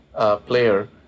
player